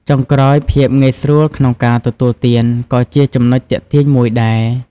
ចុងក្រោយ ភាពងាយស្រួលក្នុងការទទួលទាន ក៏ជាចំណុចទាក់ទាញមួយដែរ។